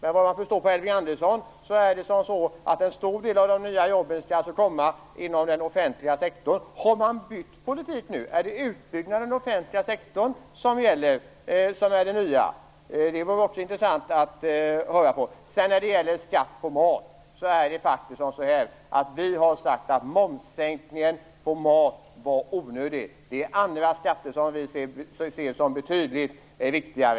Men vad jag förstår menar Elving Andersson att en stor del av de nya jobben skall komma inom den offentliga sektorn. Har ni bytt politik nu? Är det en utbyggnad av den offentliga sektorn som är det nya? Det vore också intressant att höra. Vi har sagt att momssänkningen på mat var onödig. Det är andra skatter som vi anser är betydligt viktigare.